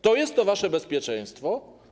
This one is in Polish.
To jest to wasze bezpieczeństwo?